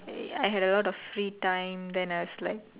I I had a lot of free time then I was like